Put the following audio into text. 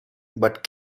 but